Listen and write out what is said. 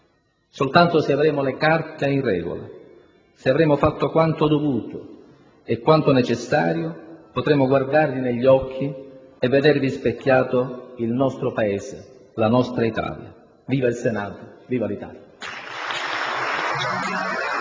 Soltanto se avremo le carte in regola, se avremo fatto quanto dovuto e quanto necessario, potremo guardarli negli occhi e vedere rispecchiato il nostro Paese, la nostra Italia. Viva il Senato, viva l'Italia!